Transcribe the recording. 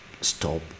stop